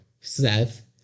Seth